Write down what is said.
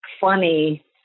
funny